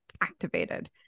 activated